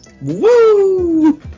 woo